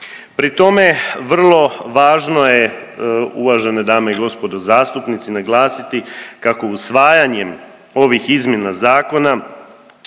Pri tome vrlo važno je uvažene dame i gospodo zastupnici, naglasiti kako usvajanjem ovih izmjena zakona